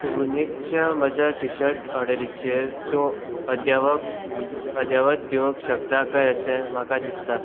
वुनीकच्या म्हज्या टिशर्ट ऑर्डरीचेर तूं अध्यावक अध्यावत दिवंक शकता काय अशें म्हाका दिसता